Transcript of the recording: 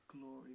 glory